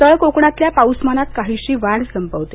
तळ कोकणातल्या पाऊसमानात काहीशी वाढ संभवते